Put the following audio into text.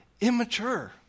immature